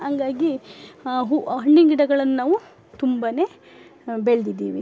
ಹಂಗಾಗಿ ಹೂವು ಹಣ್ಣಿನ ಗಿಡಗಳನ್ನು ನಾವು ತುಂಬ ಬೆಳೆದಿದ್ದೀವಿ